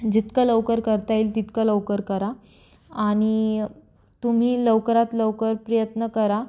जितकं लवकर करता येईल तितकं लवकर करा आणि तुम्ही लवकरात लवकर प्रयत्न करा